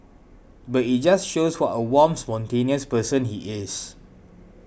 but it just shows what a warm spontaneous person he is